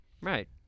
Right